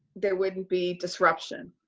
there wouldn't be disruption.